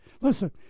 Listen